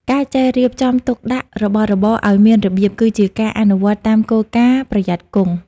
ការចេះរៀបចំទុកដាក់របស់របរឱ្យមានរបៀប គឺជាការអនុវត្តតាមគោលការណ៍ «ប្រយ័ត្នគង់»។